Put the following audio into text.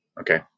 Okay